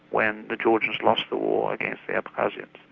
when the georgians lost the war against the abkhazians.